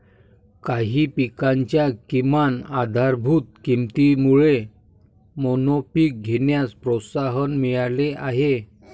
काही पिकांच्या किमान आधारभूत किमतीमुळे मोनोपीक घेण्यास प्रोत्साहन मिळाले आहे